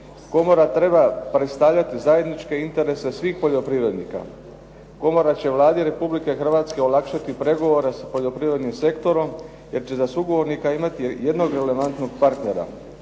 Komora treba predstavljati zajedničke interese svih poljoprivrednika, komora će Vladi Republike Hrvatske olakšati pregovore s poljoprivrednim sektorom jer će za sugovornika imati jednog relevantnog partnera.